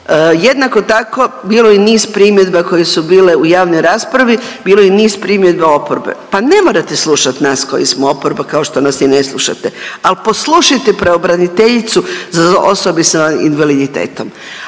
Jednako tako bilo je i niz primjedba koje su bile u javnoj raspravi, bilo je i niz primjedbi oporbe, pa ne morate slušati nas koji smo oporba kao što nas i ne slušate, ali poslušajte pravobraniteljicu za osobe sa invaliditetom.